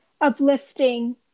uplifting